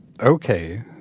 okay